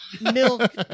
milk